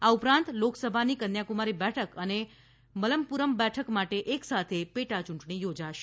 આ ઉપરાંત લોકસભાની કન્યાકુમારી બેઠક અને મલપ્પુરમ બેઠક માટે એક સાથે પેટાયુંટણી યોજાશે